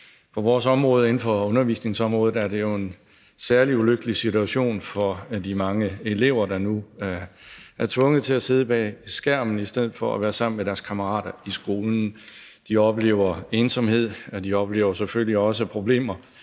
På vores område, undervisningsområdet, er det jo en særlig ulykkelig situation for de mange elever, der nu er tvunget til at sidde bag skærmen i stedet for at være sammen med deres kammerater i skolen. De oplever ensomhed, og de oplever selvfølgelig også problemer